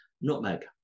nutmeg